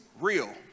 real